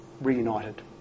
reunited